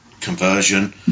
conversion